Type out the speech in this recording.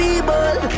people